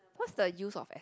what's the use of a~